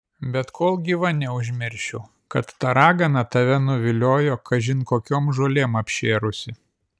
bet kol gyva neužmiršiu kad ta ragana tave nuviliojo kažin kokiom žolėm apšėrusi